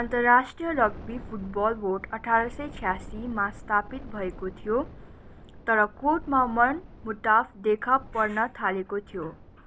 अन्तर्राष्ट्रिय rugby football board अठार सय छयासीमा स्थापित भएको थियो तर कोडमा मनमुटाव देखा पर्न थालेको थियो